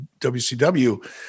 WCW